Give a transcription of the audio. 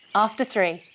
after three.